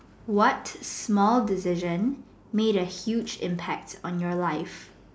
what small decision made a huge impact on your life